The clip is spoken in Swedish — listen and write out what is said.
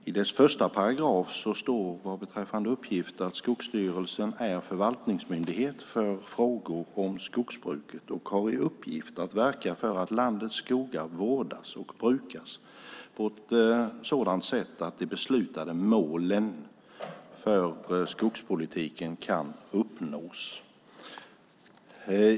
I dess första paragraf står beträffande uppgifterna: "Skogsstyrelsen är förvaltningsmyndighet för frågor om skogsbruket och har i uppgift att verka för att landets skogar vårdas och brukas på ett sådant sätt att de beslutade målen för skogspolitiken kan uppnås."